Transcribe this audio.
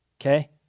Okay